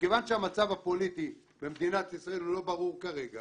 מכיוון שהמצב הפוליטי במדינת ישראל הוא לא ברור כרגע